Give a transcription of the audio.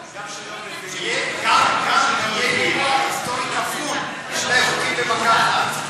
גם זה אירוע היסטורי כפול, שני חוקים במכה אחת.